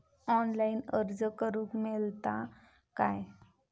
Online अर्ज करूक मेलता काय?